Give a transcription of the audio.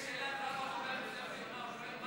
יש שאלת רב-החובל בספר יונה.